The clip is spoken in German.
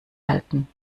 halten